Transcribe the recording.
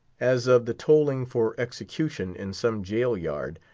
as of the tolling for execution in some jail-yard,